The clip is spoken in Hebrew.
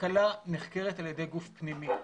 התקלה נחקרת על ידי גוף פנימי.